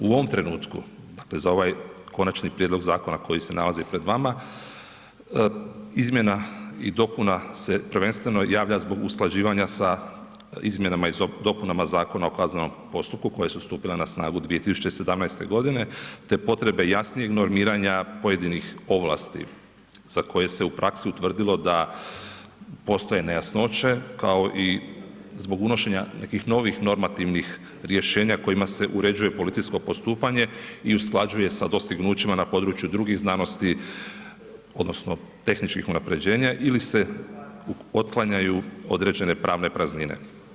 U ovom trenutku dakle za ovaj Konačni prijedlog zakona koji se nalazi pred vama izmjena i dopuna se prvenstveno javlja zbog usklađivanja sa izmjenama i dopunama Zakona o kaznenom postupku koje su stupile na snagu 2017. te potrebe jasnijeg normirana pojedinih ovlasti za koje se u praksi utvrdilo da postoje nejasnoće kao i zbog unošenja nekih novih normativnih rješenja kojima se uređuje policijsko postupanje i usklađuje sa područjima na području drugih znanosti odnosno tehničkih unapređenja ili se otklanjaju određene pravne praznine.